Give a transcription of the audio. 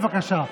בבקשה.